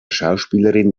schauspielerin